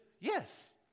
Yes